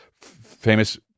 famous